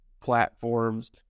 platforms